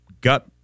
gut